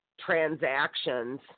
transactions